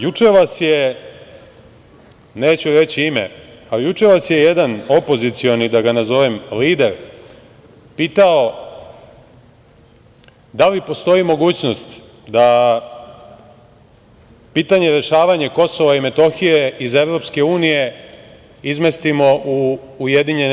Juče vas je, neću reći ime, ali juče vas je jedan opozicioni, da ga nazovem, lider, pitao – da li postoji mogućnost da pitanje rešavanja Kosova i Metohije iz EU izmestimo u UN?